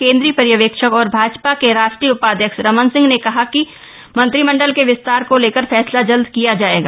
केंद्रीय पर्यवेक्षक और भाजपा के राष्ट्रीय उपाध्यक्ष रमन सिंह ने कहा कि मंत्रिमंडल के विस्तार को लेकर फैसला जल्द किया जाएगा